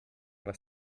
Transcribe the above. was